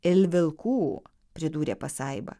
il vilkų pridūrė pasaiba